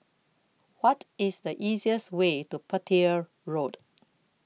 What IS The easiest Way to Petir Road